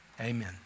Amen